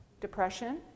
Depression